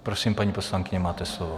Prosím, paní poslankyně, máte slovo.